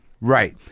Right